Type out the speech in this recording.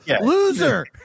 Loser